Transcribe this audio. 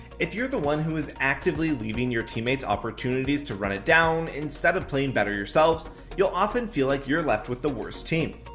if you are the one who is actively leaving your teammates opportunities to run it down, instead of playing better yourselves you'll often feel like you're left with the worse team.